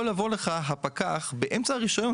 יכול לבוא הפקח באמצע הרישיון,